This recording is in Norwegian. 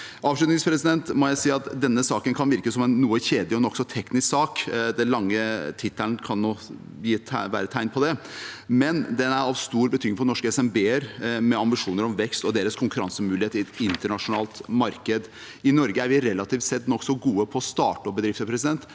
Avslutningsvis må jeg si at denne saken kan virke som en noe kjedelig og nokså teknisk sak, den lange tittelen kan jo være et tegn på det, men den er av stor betydning for norske SMB-er med ambisjoner om vekst og for deres konkurransemulighet i et internasjonalt marked. I Norge er vi relativt sett nokså gode på å starte opp bedrifter, men